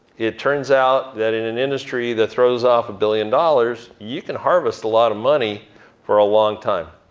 it turns out that in an industry that throws off a billion dollars, you can harvest a lot of money for a long time.